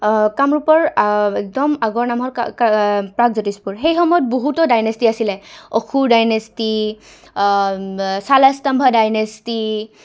কামৰূপৰ একদম আগৰ নামৰ প্ৰাকজ্যোতিষপুৰ সেই সময়ত বহুতো ডাইনেষ্টি আছিলে অসুৰ ডাইনেষ্টি চালা্তম্ভ ডাইনেষ্টি